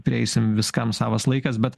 prieisim viskam savas laikas bet